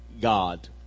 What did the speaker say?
God